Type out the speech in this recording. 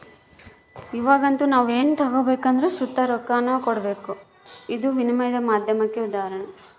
ಇವಾಗಂತೂ ನಾವು ಏನನ ತಗಬೇಕೆಂದರು ಸುತ ರೊಕ್ಕಾನ ಕೊಡಬಕು, ಇದು ವಿನಿಮಯದ ಮಾಧ್ಯಮುಕ್ಕ ಉದಾಹರಣೆ